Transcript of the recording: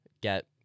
get